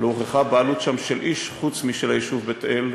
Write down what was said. לא הוכחה בעלות שם של איש, חוץ משל היישוב בית-אל,